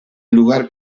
lugar